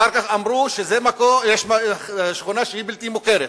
אחר כך אמרו שיש שכונה בלתי מוכרת,